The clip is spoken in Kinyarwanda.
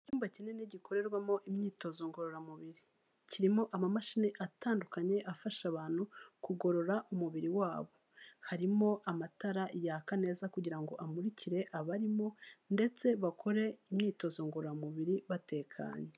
Icyumba kinini gikorerwamo imyitozo ngororamubiri, kirimo amamashini atandukanye afasha abantu kugorora umubiri wabo, harimo amatara yaka neza kugira ngo amurikire abarimo ndetse bakore imyitozo ngororamubiri batekanye.